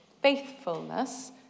faithfulness